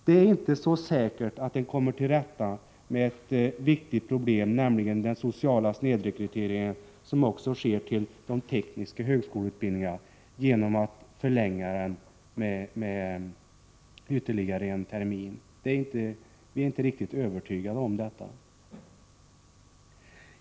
Det är inte så säkert att man kommer till rätta med ett annat viktigt problem, nämligen den sociala snedrekrytering som också sker till de tekniska högskoleutbildningarna, genom att förlänga utbildningstidens längd med ytterligare en termin. Vi är inte riktigt övertygade om detta.